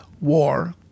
war